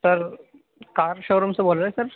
سر car showroom سے بول رہے ہیں سر